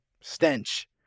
stench